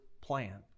plan